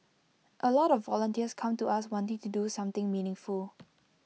A lot of volunteers come to us wanting to do something meaningful